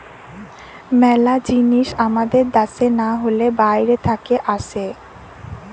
মেলা জিনিস আমাদের দ্যাশে না হলে বাইরে থাকে আসে